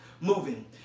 moving